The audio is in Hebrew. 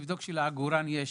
לבדוק שלעגורן יש